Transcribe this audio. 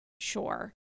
sure